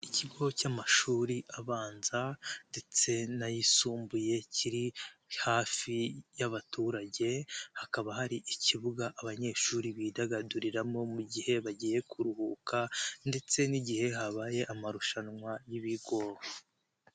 Ikigo cy'amashuri abanza ndetse n'ayisumbuye, kiri hafi y'abaturage, hakaba hari ikibuga abanyeshuri bidagaduriramo mu gihe bagiye kuruhuka, ndetse n'igihe habaye amarushanwa y'ibigo.